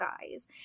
guys